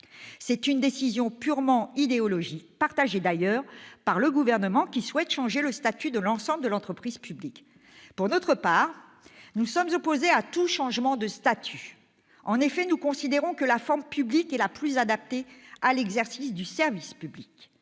C'est une décision purement idéologique, partagée d'ailleurs par le Gouvernement, qui souhaite changer le statut de l'ensemble de l'entreprise publique. Pour notre part, nous sommes opposés à tout changement de statut. Nous considérons que la forme publique est la plus adaptée à l'exercice du service public.